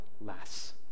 less